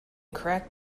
correct